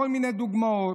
כל מיני דוגמאות.